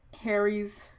Harry's